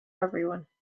everyone